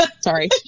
Sorry